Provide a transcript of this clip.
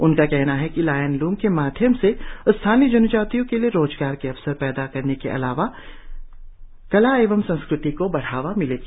उनका कहना है कि लायन लूम के माध्यम से स्थानीय जनजातियों के लिए रोजगार के अवसर पैदा करने के अलावा कला एवं संस्कृति को बढ़ावा मिलेगी